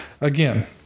Again